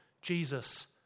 Jesus